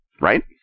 right